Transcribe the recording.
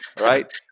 right